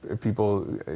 people